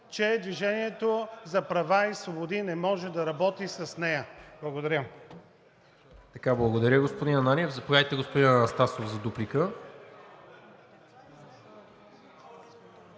че „Движение за права и свободи“ не може да работи с нея. Благодаря.